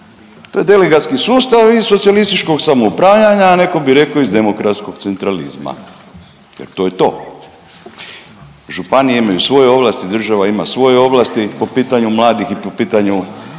To je delegatski sustav iz socijalističkog samoupravljanja, a netko bi rekao iz demokratskog centralizma jer to je to. Županije imaju svoje ovlasti, država ima svoje ovlasti po pitanju mladih i po pitanju